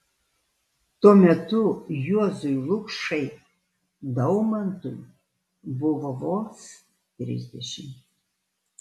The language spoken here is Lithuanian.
tuo metu juozui lukšai daumantui buvo vos trisdešimt